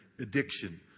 addiction